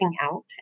out